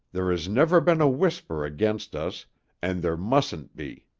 there has never been a whisper against us and there mustn't be.